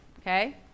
Okay